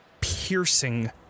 piercing